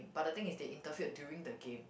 but the thing is they interfere during the game